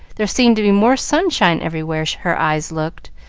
there seemed to be more sunshine everywhere her eyes looked,